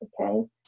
okay